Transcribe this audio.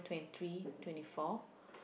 twenty three twenty four